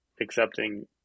accepting